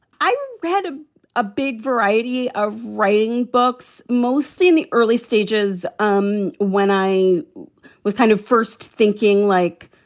i had a ah big variety of writing books, mostly in the early stages, um when i was kind of first thinking like,